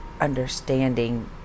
understanding